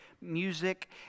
music